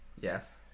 yes